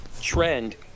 trend